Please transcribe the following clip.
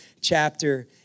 chapter